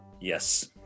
Yes